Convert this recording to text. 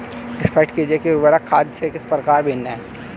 स्पष्ट कीजिए कि उर्वरक खाद से किस प्रकार भिन्न है?